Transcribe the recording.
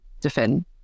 defend